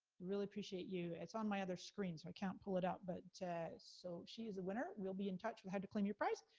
really appreciate you, it's on my other screen, so i can't pull it out, but so, she is a winner, we'll be in touch with how to claim your prize.